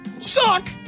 Suck